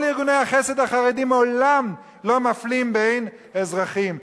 כל ארגוני החסד החרדיים לעולם לא מפלים בין אזרחים,